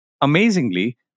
Amazingly